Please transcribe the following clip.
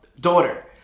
daughter